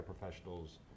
professionals